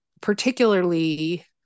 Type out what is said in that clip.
particularly